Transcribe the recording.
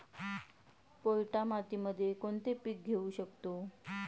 पोयटा मातीमध्ये कोणते पीक घेऊ शकतो?